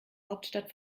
hauptstadt